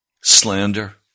slander